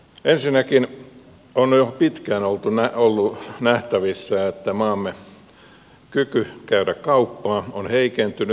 ensinnäkin on jo pitkään ollut nähtävissä että maamme kyky käydä kauppaa on heikentynyt